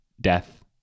death